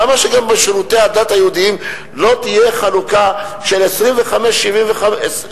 למה שגם בשירותי הדת היהודיים לא תהיה חלוקה של 75 25?